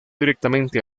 directamente